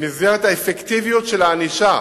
במסגרת האפקטיביות של הענישה